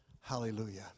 Hallelujah